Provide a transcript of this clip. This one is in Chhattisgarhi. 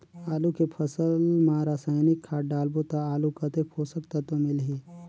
आलू के फसल मा रसायनिक खाद डालबो ता आलू कतेक पोषक तत्व मिलही?